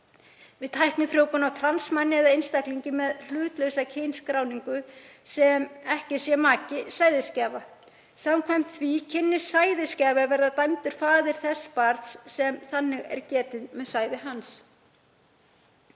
við tæknifrjóvgun á trans manni eða einstaklingi með hlutlausa kynskráningu sem ekki sé maki sæðisgjafa. Samkvæmt því kynni sæðisgjafi að verða dæmdur faðir þess barns sem þannig sé getið með sæði hans.